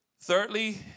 Thirdly